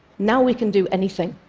now we can do anything,